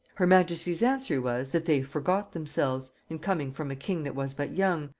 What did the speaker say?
her majesty's answer was, that they forgot themselves, in coming from a king that was but young,